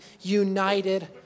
united